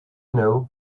know